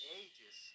ages